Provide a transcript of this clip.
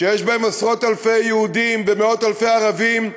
שיש בהם עשרות-אלפי יהודים ומאות-אלפי ערבים,